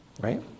Right